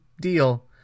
deal